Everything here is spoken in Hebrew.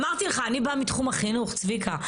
אמרתי לך, אני באה מתחום החינוך, צביקה.